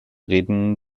reden